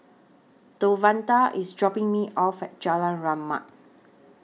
Devontae IS dropping Me off At Jalan Rahmat